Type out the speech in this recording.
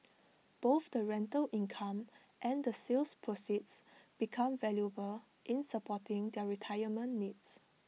both the rental income and the sale proceeds become valuable in supporting their retirement needs